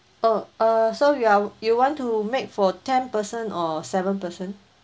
oh err so you are you want to make for ten person or seven person